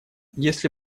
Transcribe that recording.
если